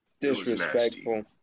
Disrespectful